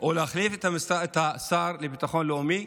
או להחליף את השר לביטחון לאומי.